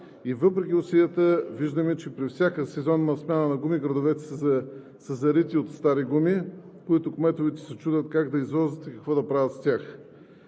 Въпреки усилията виждаме, че при всяка сезонна смяна на гуми, градовете са зарити от стари гуми, които кметовете се чудят как да извозват и какво да правят с тях.